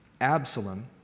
Absalom